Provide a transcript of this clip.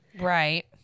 Right